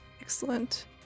Excellent